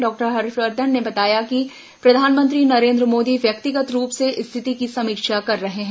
doctor Harshvardhan ने बताया कि प्रधानमंत्री नरेन्द्र मोदी व्यक्तिगत रूप से स्थिति की समीक्षा कर रहे हैं